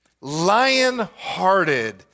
lion-hearted